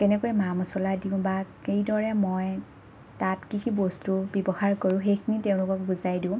কেনেকৈ মা মচলা দিওঁ বা কি দৰে মই তাত কি কি বস্তু ব্যৱহাৰ কৰোঁ সেইখিনি তেওঁলোকক বুজাই দিওঁ